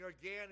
again